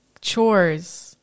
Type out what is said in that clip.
chores